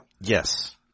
Yes